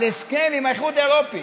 על הסכם עם האיחוד האירופי,